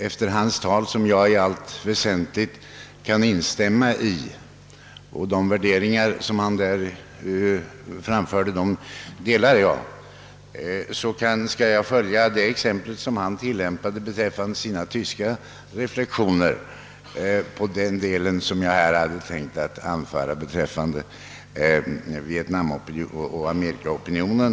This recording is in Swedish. Efter hans svar, som jag i allt väsentligt kan instämma i, med de värderingar som han där framförde, vilka jag delar, skall jag följa hans exempel beträffande hans tysklandsreflexioner beträffande vad jag här hade tänkt anföra i fråga om vietnamoch amerikaopinionen.